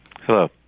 Hello